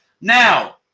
Now